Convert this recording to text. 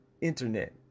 internet